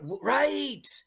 Right